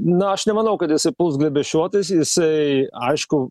na aš nemanau kad visi puls glėbesčiuotis jisai aišku